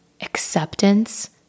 acceptance